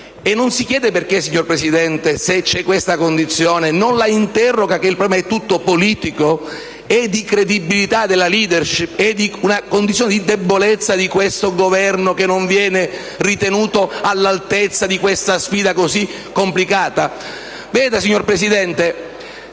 E non si chiede perché, signor Presidente? Questa condizione, se c'è, è dovuta ad un problema tutto politico, ad un problema di credibilità della *leadership* e di una condizione di debolezza di questo Governo, che non viene ritenuto all'altezza di questa sfida così complicata. Signor Presidente,